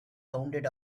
sounded